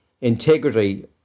integrity